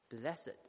Blessed